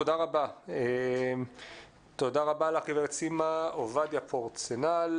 תודה רבה לך גברת סימה עובדיה פורצנל.